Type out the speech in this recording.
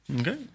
Okay